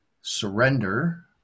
surrender